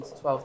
12